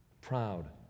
proud